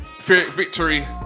victory